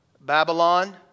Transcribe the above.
Babylon